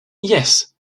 yes